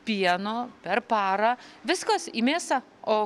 pieno per parą viskas į mėsą o